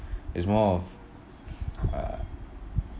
it's more of uh